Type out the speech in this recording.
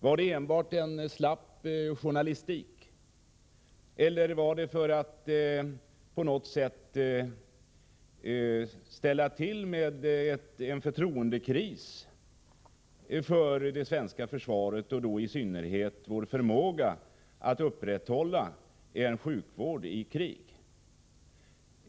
Var det enbart en slapp journalistik eller var det för att "på något sätt ställa till med en förtroendekris vad gäller det svenska försvaret och då i synnerhet vår förmåga att upprätthålla en sjukvård i krig?